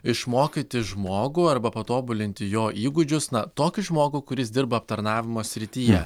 išmokyti žmogų arba patobulinti jo įgūdžius na tokį žmogų kuris dirba aptarnavimo srityje